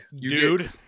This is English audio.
Dude